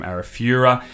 Arafura